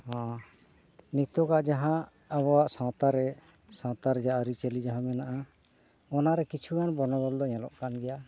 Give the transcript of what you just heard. ᱦᱮᱸ ᱱᱤᱛᱚᱜᱟᱜ ᱡᱟᱦᱟᱸ ᱟᱵᱚᱣᱟᱜ ᱥᱟᱶᱛᱟᱨᱮ ᱥᱟᱶᱛᱟ ᱨᱮᱭᱟᱜ ᱟᱹᱨᱤᱪᱟᱹᱞᱤ ᱡᱟᱦᱟᱸ ᱢᱮᱱᱟᱜᱼᱟ ᱚᱱᱟᱨᱮ ᱠᱤᱪᱷᱩᱜᱟᱱ ᱵᱚᱱᱚᱫᱚᱞ ᱫᱚ ᱧᱮᱞᱚᱜ ᱠᱟᱱ ᱜᱮᱭᱟ